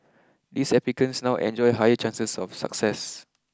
these applicants now enjoy higher chances of success